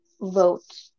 vote